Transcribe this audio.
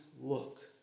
look